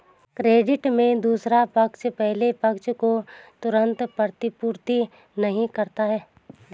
credit में दूसरा पक्ष पहले पक्ष को तुरंत प्रतिपूर्ति नहीं करता है